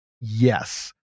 Yes